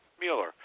Mueller